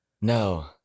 no